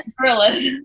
Gorillas